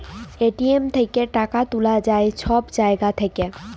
ATM থ্যাইকে টাকা তুলা যায় ছব জায়গা থ্যাইকে